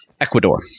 Ecuador